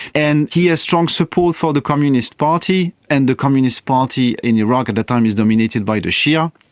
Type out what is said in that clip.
and he has strong support for the communist party and the communist party in iraq at that time is dominated by the shia.